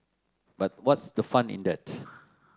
but what's the fun in that